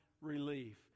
relief